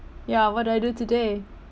ya what do I do today